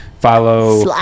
Follow